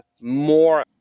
more